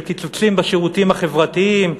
של קיצוצים בשירותים החברתיים,